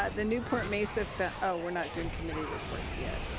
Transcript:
ah the newport mesa. oh, we're not doing committee reports yet.